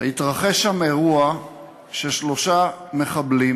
התרחש אירוע ששלושה מחבלים